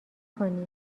کنی